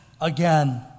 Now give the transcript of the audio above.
again